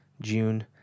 June